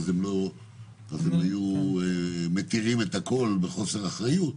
אז הם היו מתירים את הכול בחוסר אחריות.